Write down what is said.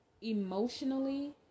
emotionally